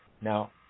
Now